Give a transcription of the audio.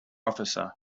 officer